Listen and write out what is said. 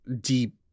deep